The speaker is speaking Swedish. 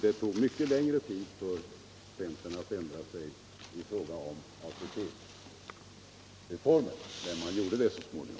Det tog mycket längre tid för centern att ändra sig i frågan om ATP-reformen, men man gjorde det så småningom.